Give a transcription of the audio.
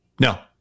No